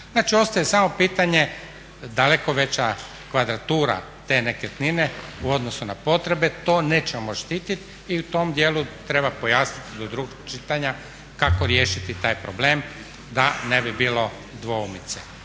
Znači, ostaje samo pitanje daleko veća kvadratura te nekretnine u odnosu na potrebe. To nećemo moći štititi i u tom dijelu treba pojasniti do drugog čitanja kako riješiti taj problem da ne bi bilo dvoumice.